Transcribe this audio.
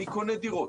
מי קונה דירות?